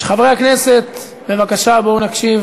חברי הכנסת, בבקשה, בואו נקשיב